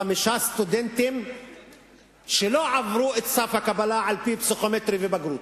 חמישה סטודנטים שלא עברו את סף הקבלה על-פי פסיכומטרי ובגרות,